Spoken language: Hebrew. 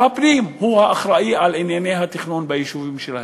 הפנים הוא האחראי לענייני התכנון ביישובים שלהם.